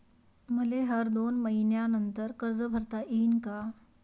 मले हर दोन मयीन्यानंतर कर्ज भरता येईन का?